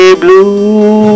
blue